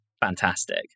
fantastic